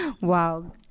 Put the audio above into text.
Wow